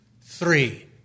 three